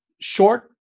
short